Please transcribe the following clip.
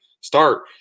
Start